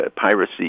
piracy